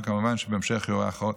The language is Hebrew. וכמובן שבהמשך יוארך עוד,